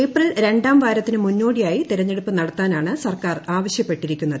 April ർണ്ടാ്ം വാരത്തിനു മുന്നോടിയായി തിരഞ്ഞെടുപ്പ് നടത്ത്ാന്റാണ് സർക്കാർ ആവശ്യപ്പെട്ടിരിക്കുന്നത്